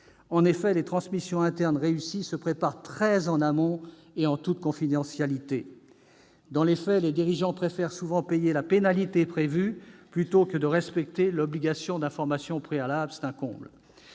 En effet, les transmissions internes réussies se préparent très en amont et en toute confidentialité. Dans les faits, les dirigeants préfèrent souvent payer la pénalité prévue, plutôt que de respecter l'obligation d'information préalable. C'est un comble